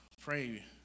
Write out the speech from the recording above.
pray